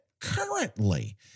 currently